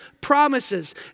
promises